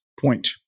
point